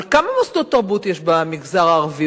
אבל כמה מוסדות תרבות יש במגזר הערבי?